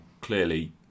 clearly